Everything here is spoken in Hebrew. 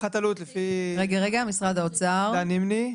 דן נימני,